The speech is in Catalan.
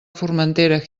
formentera